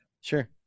sure